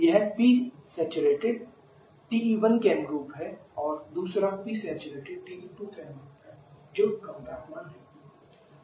यह Psat TE1 के अनुरूप है और दूसरा Psat TE2 के अनुरूप है जो कम तापमान है